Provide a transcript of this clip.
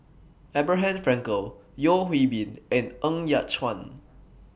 Abraham Frankel Yeo Hwee Bin and Ng Yat Chuan